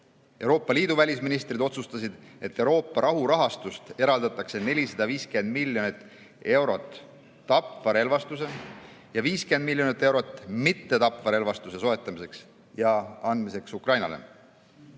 Euroopa Liidu välisministrid otsustasid, et Euroopa rahurahastust eraldatakse 450 miljonit eurot tapva relvastuse ja 50 miljonit eurot mittetapva relvastuse soetamiseks ja andmiseks Ukrainale.